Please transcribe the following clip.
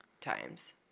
times